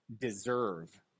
deserve